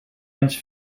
ens